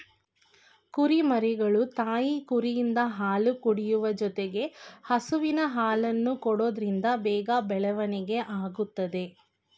ಕುರಿಮರಿಗಳು ತಾಯಿ ಕುರಿಯಿಂದ ಹಾಲು ಕುಡಿಯುವ ಜೊತೆಗೆ ಹಸುವಿನ ಹಾಲನ್ನು ಕೊಡೋದ್ರಿಂದ ಬೇಗ ಬೆಳವಣಿಗೆ ಆಗುತ್ತದೆ